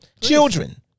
Children